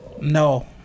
No